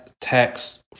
text